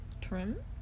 Trim